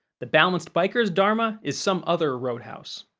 the balanced biker's dharma is some other roadhouse.